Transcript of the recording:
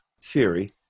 Siri